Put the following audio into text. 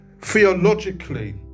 theologically